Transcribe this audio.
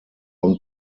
und